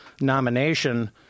nomination